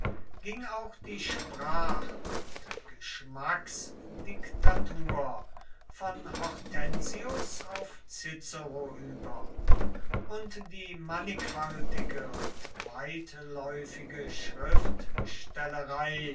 ging auch die sprach und geschmacksdiktatur von hortensius auf cicero über und die mannigfaltige und weitläufige